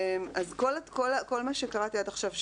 כל מה שקראתי עד עכשיו 7,